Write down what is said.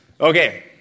Okay